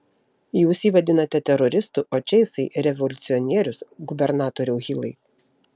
jūs jį vadinate teroristu o čia jisai revoliucionierius gubernatoriau hilai